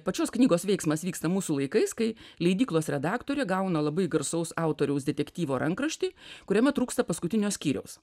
pačios knygos veiksmas vyksta mūsų laikais kai leidyklos redaktorė gauna labai garsaus autoriaus detektyvo rankraštį kuriame trūksta paskutinio skyriaus